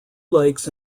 lakes